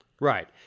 Right